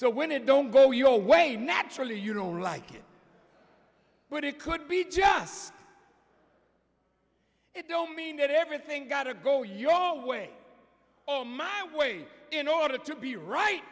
so when it don't go your way naturally you don't like it but it could be just it don't mean that everything got to go your way oh my way in order to be right